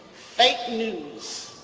fake news,